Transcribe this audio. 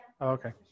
Okay